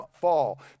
fall